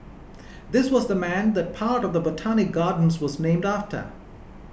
this was the man that part of the Botanic Gardens was named after